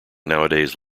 nowadays